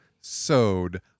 sewed